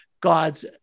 God's